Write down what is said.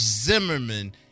Zimmerman